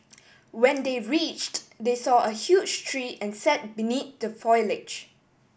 when they reached they saw a huge tree and sat beneath the foliage